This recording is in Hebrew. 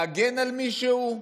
להגן על מישהו?